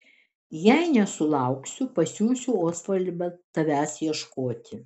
jei nesulauksiu pasiųsiu osvaldą tavęs ieškoti